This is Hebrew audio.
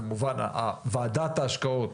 כמובן ועדת ההשקעות,